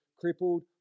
crippled